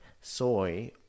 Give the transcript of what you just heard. soy